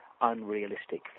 unrealistic